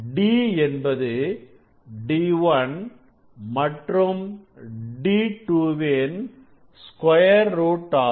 d என்பதுd1 மற்றும்d2 வின் ஸ்கொயர் ரூட் ஆகும்